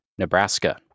Nebraska